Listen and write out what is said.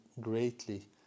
greatly